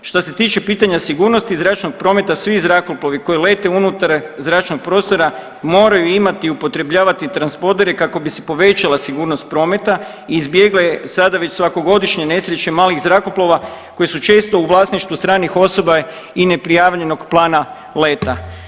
Što se tiče pitanja sigurnost zračnog prometa, svi zrakoplovi koji lete unutar zračnog prostora moraju imati i upotrebljavati transpordere kakao bi se povećala sigurnost prometa i izbjegle sada već svakogodišnje nesreće malih zrakoplova koje su često u vlasništvu stranih osoba i neprijavljenog plana leta.